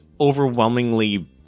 overwhelmingly